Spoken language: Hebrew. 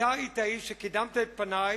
אתה היית האיש שקידם את פני.